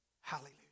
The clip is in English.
Hallelujah